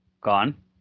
Gone